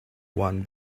one